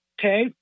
Okay